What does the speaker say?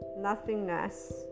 nothingness